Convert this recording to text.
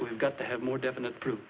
we've got to have more definite proof